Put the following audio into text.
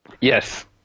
Yes